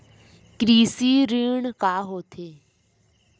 कृषि ऋण का होथे?